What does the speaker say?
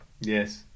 Yes